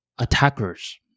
Attackers